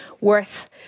worth